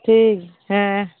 ᱴᱷᱤᱠ ᱦᱮᱸ